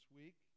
week